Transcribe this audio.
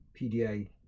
pda